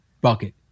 bucket